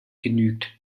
genügt